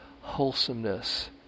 wholesomeness